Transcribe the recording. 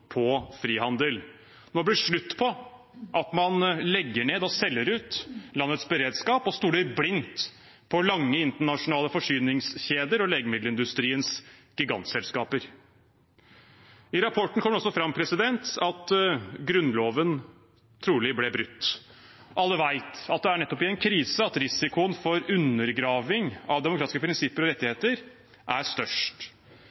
på frihandel. Det må bli slutt på at man legger ned og selger ut landets beredskap og stoler blindt på lange internasjonale forsyningskjeder og legemiddelindustriens gigantselskaper. I rapporten kommer det også fram at Grunnloven trolig ble brutt. Alle vet at det er nettopp i en krise at risikoen for undergraving av demokratiske prinsipper og